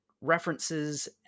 references